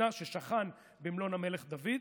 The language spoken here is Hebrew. ששכן במלון המלך דוד,